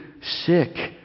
sick